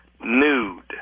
nude